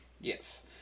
Yes